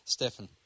Stefan